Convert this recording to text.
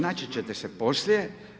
Naći ćete se poslije.